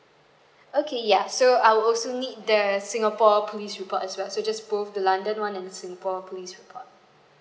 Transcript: okay ya so I will also need the singapore police report as well so just both the london one and the singapore police report